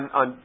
on